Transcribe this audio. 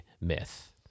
myth